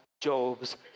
Job's